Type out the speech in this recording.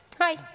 Hi